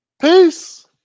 Peace